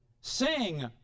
Sing